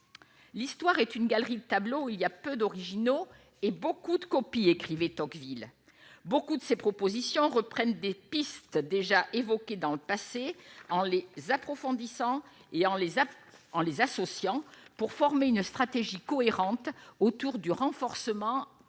l'histoire est une galerie de tableaux il y a peu d'originaux et beaucoup de copies, écrivait Tocqueville, beaucoup de ces propositions reprennent des pistes déjà évoquées dans le passé, en les approfondissant, il y a, on les a en les associant pour former une stratégie cohérente autour du renforcement du